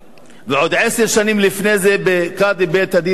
ועוד עשר שנים לפני כן, קאדי בית-הדין השרעי,